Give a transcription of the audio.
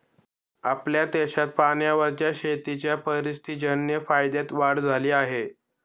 आपल्या देशात पाण्यावरच्या शेतीच्या परिस्थितीजन्य फायद्यात वाढ झाली आहे